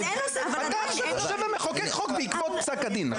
אתה עכשיו מחוקק חוק בעקבות פסק הדין, נכון?